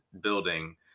building